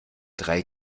drei